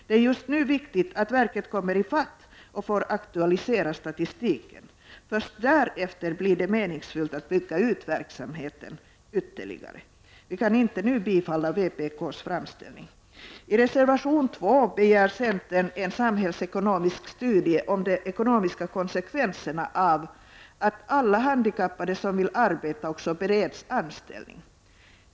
Det är just nu viktigt att verket kommer i fatt och får aktualisera statistiken. Först därefter blir det meningsfullt att bygga ut verksamheten ytterligare. Vi kan inte nu bifalla vpk:s framställning. I reservation 2 begär centern en samhällsekonomisk studie om de ekonomiska konsekvenserna av att alla handikappade som vill arbeta också bereds anställning.